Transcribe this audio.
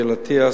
אריאל אטיאס,